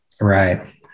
Right